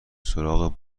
سراغ